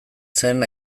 zen